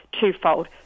twofold